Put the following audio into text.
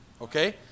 Okay